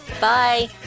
Bye